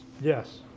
Yes